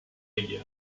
ella